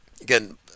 Again